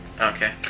Okay